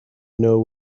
know